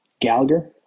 Gallagher